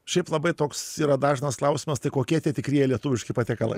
šiaip labai toks yra dažnas klausimas tai kokie tie tikrieji lietuviški patiekalai